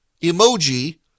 emoji